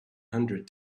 hundred